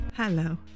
Hello